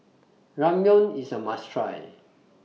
Ramyeon IS A must Try